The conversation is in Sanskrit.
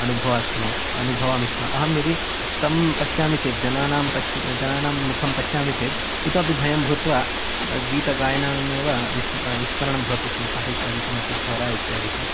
अनुभवामि स्म अहं यदि तं पश्यामि चेत् जनानां पश्य जनानं मुखं पश्यामि चेत् इतोऽपि भयं भूत्वा गीतगायनमेव विस् विस्मरणं भवति स्म साहचरिकं मतु स्वरा इत्यादिकम्